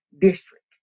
district